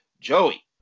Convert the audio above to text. Joey